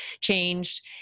changed